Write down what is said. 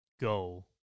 go